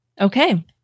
Okay